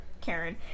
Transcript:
Karen